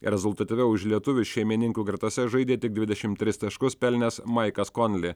rezultatyviau už lietuvį šeimininkų gretose žaidė tik dvidešimt tris taškus pelnęs maikas konli